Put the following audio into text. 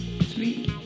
Sweet